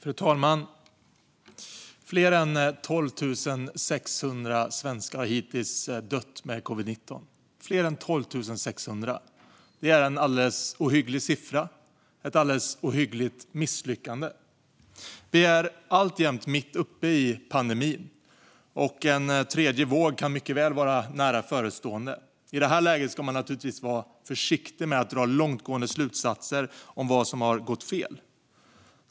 Fru talman! Fler än 12 600 svenskar har hittills dött med covid-19. Det är en alldeles ohygglig siffra och ett alldeles ohyggligt misslyckade. Vi är alltjämt mitt uppe i pandemin, och en tredje våg kan mycket väl vara nära förestående. I detta läge ska man naturligtvis vara försiktig med att dra långtgående slutsatser om vad som har gått fel.